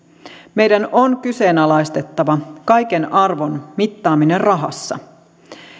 meidän on kyseenalaistettava kaiken arvon mittaaminen rahassa